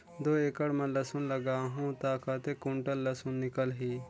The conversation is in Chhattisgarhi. दो एकड़ मां लसुन लगाहूं ता कतेक कुंटल लसुन निकल ही?